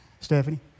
Stephanie